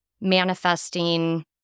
manifesting